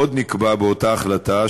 עוד נקבע באותה החלטה,